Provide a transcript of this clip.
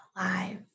alive